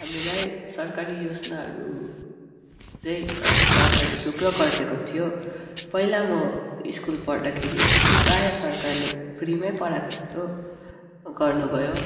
हामीलाई सरकारी योजनाहरू चाहिँ सरकारले थुप्रो गरिदिएको थियो पहिला म स्कुल पढ्दाखेरि प्रायः सरकारले फ्रीमै पढाएको जस्तो गर्नुभयो